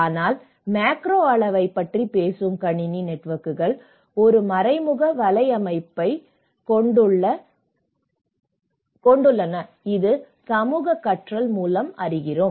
ஆனால் மேக்ரோ அளவைப் பற்றி பேசும் கணினி நெட்வொர்க்குகள் ஒரு மறைமுக வலையமைப்பைக் கொண்டுள்ளன இது சமூக கற்றல் மூலம்